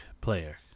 player